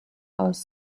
aus